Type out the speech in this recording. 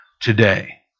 Today